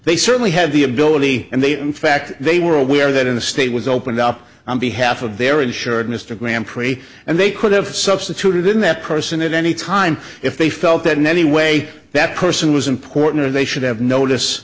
they certainly have the ability and they in fact they were aware that in the state was opened up on behalf of their insured mr grand prix and they could have substituted in that person at any time if they felt that in any way that person was important or they should have notice